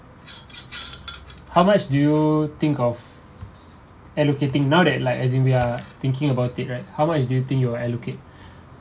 how much do you think of allocating now that like as in we are thinking about it right how much do you think you will allocate